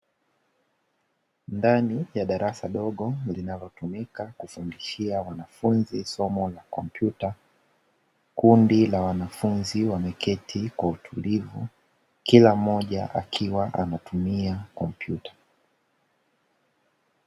Ndani ya darasa dogo linalotumika kufundishia wanafunzi somo la kompyuta, kundi la wanafunzi wameketi kwa utulivu kila mmoja akiwa anatumia kompyuta.